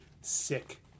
sick